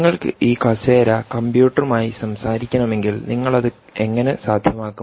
നിങ്ങൾക്ക് ഈ കസേര കമ്പ്യൂട്ടറുമായിആയി സംസാരിക്കണമെങ്കിൽ നിങ്ങൾ അത് എങ്ങനെ സാധ്യമാക്കും